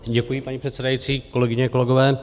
Děkuji, paní předsedající, kolegyně, kolegové.